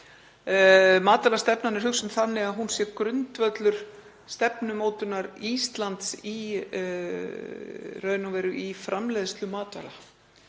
Matvælastefnan er hugsuð þannig að hún sé í raun og veru grundvöllur stefnumótunar Íslands í framleiðslu matvæla.